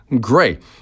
Great